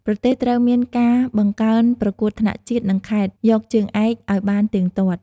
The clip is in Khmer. ប្រទេសត្រូវមានការបង្កើនប្រកួតថ្នាក់ជាតិ និងខេត្ត យកជើងឯក ឲ្យបានទៀងទាត់។